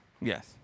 Yes